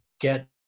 get